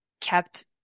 kept